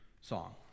song